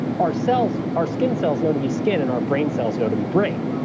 our cells. our skin cells know to be skin and our brain cells know to be brain,